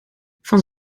van